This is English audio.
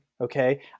Okay